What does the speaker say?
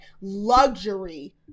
luxury